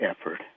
effort